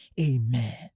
Amen